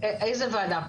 איזו ועדה?